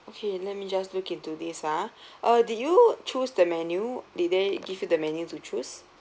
okay let me just look into this ah uh did you choose the menu did they give you the menu to choose